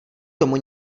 tomu